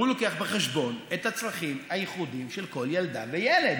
הוא מביא בחשבון את הצרכים הייחודיים של כל ילדה וילד.